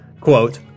quote